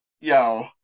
Yo